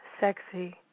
sexy